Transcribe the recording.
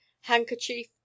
Handkerchief